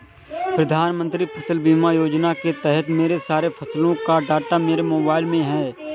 प्रधानमंत्री फसल बीमा योजना के तहत मेरे सारे फसलों का डाटा मेरे मोबाइल में है